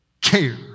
care